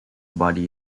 body